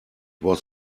was